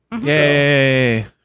Yay